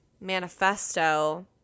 manifesto